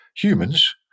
Humans